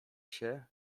się